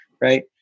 Right